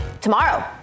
tomorrow